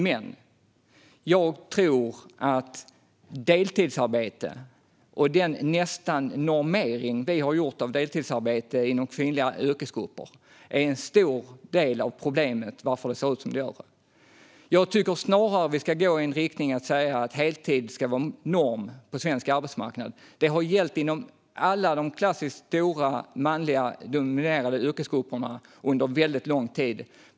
Men jag tror att deltidsarbete och den norm som deltidsarbete nästan har blivit i kvinnliga yrkesgrupper är en stor del av problemet. Jag tycker snarare att vi ska gå mot att heltid ska vara norm på svensk arbetsmarknad. Det har under lång tid gällt inom alla klassiskt stora manligt dominerade yrkesgrupper.